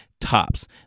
tops